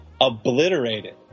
obliterated